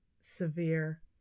severe